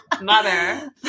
Mother